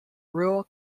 rural